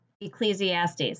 Ecclesiastes